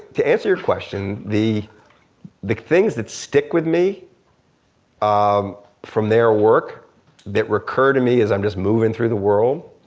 to answer your question the the things that stick with me um from their work that reoccur to me as i'm just movin' through the world,